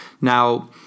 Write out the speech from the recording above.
Now